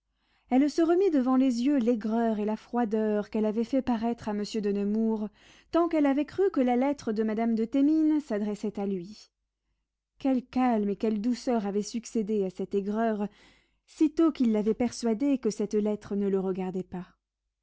elle se remit devant les yeux l'aigreur et la froideur qu'elle avait fait paraître à monsieur de nemours tant qu'elle avait cru que la lettre de madame de thémines s'adressait à lui quel calme et quelle douceur avaient succédé à cette aigreur sitôt qu'il l'avait persuadée que cette lettre ne le regardait pas